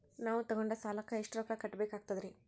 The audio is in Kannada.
ನಾವು ತೊಗೊಂಡ ಸಾಲಕ್ಕ ಎಷ್ಟು ರೊಕ್ಕ ಕಟ್ಟಬೇಕಾಗ್ತದ್ರೀ?